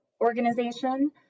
organization